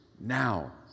now